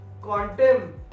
Quantum